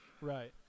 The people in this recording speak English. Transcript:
Right